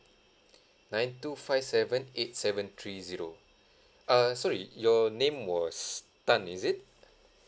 nine two five seven eight seven three zero uh sorry your name was tan is it